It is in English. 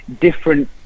different